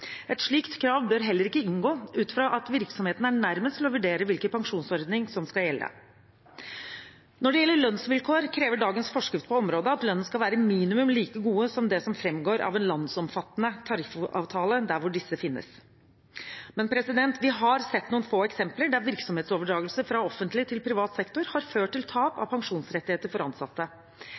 Et slikt krav bør heller ikke inngå, ut fra at virksomheten er nærmest til å vurdere hvilken pensjonsordning som skal gjelde. Når det gjelder lønnsvilkår, krever dagens forskrift på området at lønnen skal være minimum like god som det som framgår av en landsomfattende tariffavtale, der hvor disse finnes. Men vi har sett noen få eksempler der virksomhetsoverdragelse fra offentlig til privat sektor har ført til tap av pensjonsrettigheter for ansatte.